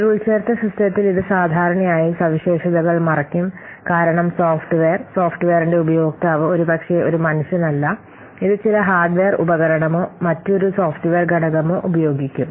ഒരു ഉൾച്ചേർത്ത സിസ്റ്റത്തിൽ ഇത് സാധാരണയായി സവിശേഷതകൾ മറയ്ക്കും കാരണം സോഫ്റ്റ്വെയർ സോഫ്റ്റ്വെയറിന്റെ ഉപയോക്താവ് ഒരുപക്ഷേ ഒരു മനുഷ്യനല്ല ഇത് ചില ഹാർഡ്വെയർ ഉപകരണമോ മറ്റൊരു സോഫ്റ്റ്വെയർ ഘടകമോ ഉപയോഗിക്കും